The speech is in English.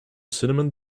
cinnamon